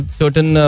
certain